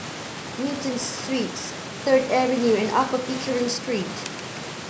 Newton Suites Third Avenue and Upper Pickering Street